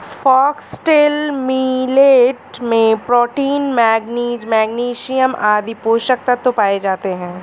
foxtail millet में protein, manganese, magnesium आदि पोषक तत्व पाए जाते है